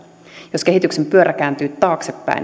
jos kehityksen pyörä kääntyy taaksepäin